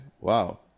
wow